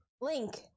link